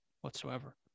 whatsoever